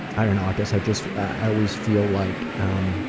i don't know, i guess i just i always feel like